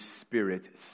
spirit